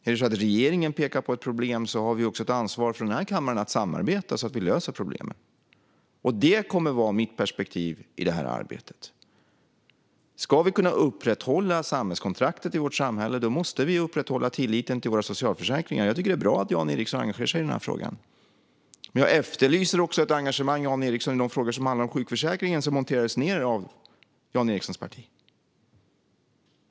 Är det så att regeringen pekar på ett problem har denna kammare också ett ansvar att samarbeta så att vi löser problemet. Det kommer att vara mitt perspektiv i detta arbete. Ska vi kunna upprätthålla samhällskontraktet i vårt samhälle måste vi upprätthålla tilliten till våra socialförsäkringar. Jag tycker att det är bra att Jan Ericson engagerar sig i den här frågan, men jag efterlyser också ett engagemang i de frågor som handlar om den sjukförsäkring som monterades ned av Jan Ericsons parti.